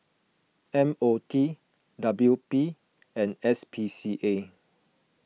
M O T W P and S P C A